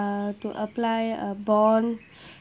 uh to apply a bond